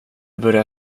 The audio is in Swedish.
börjar